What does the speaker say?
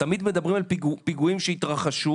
תמיד מדברים על פיגועים שהתרחשו,